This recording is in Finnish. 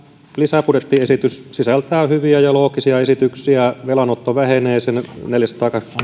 lisäbudjettiesitys sisältää hyviä ja loogisia esityksiä velanotto vähenee